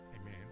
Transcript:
Amen